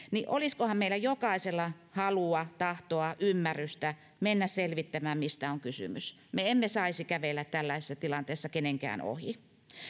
olisikohan meillä jokaisella halua tahtoa ymmärrystä mennä selvittämään mistä on kysymys me emme saisi kävellä tällaisessa tilanteessa kenenkään ohi